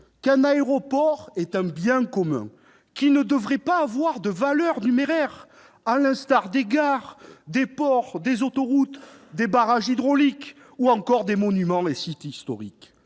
qu'un aéroport est un bien commun et qu'il ne devrait pas avoir de valeur numéraire, à l'instar des gares, des ports, des autoroutes, des barrages hydrauliques, ou encore des monuments et sites historiques.